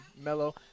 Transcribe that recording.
mellow